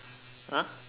!huh!